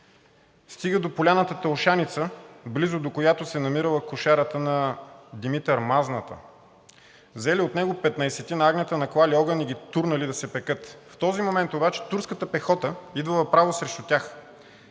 стига до поляната Теушаница, близо до която се е намирала кошарата на Димитър Мазната. Взели от него 15 агнета, наклали огън и ги турнали да се пекат. В този момент обаче турската пехота идвала право срещу тях.